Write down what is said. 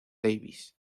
davis